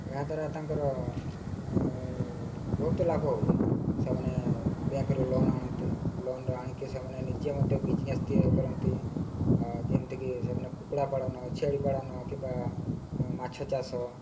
ଏହା ଦ୍ୱାରା ତାଙ୍କର ବହୁତ ଲାଭ ହୁଏ ସେମାନେ ବ୍ୟାଙ୍କ୍ରୁ ଲୋନ୍ ଆଣନ୍ତି ଲୋନ୍ ଆଣିକି ସେମାନେ ନିଜେ ମଧ୍ୟ ବିଜ୍ନେସ୍ ତିଆରି କରନ୍ତି ଯେମିତିକି ସେମାନେ କୁକୁଡ଼ା ପାଳନ ଛେଳି ପାଳନ କିମ୍ବା ମାଛ ଚାଷ